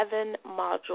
seven-module